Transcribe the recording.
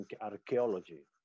archaeology